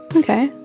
okay.